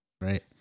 right